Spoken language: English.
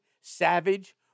savage